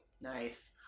Nice